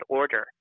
order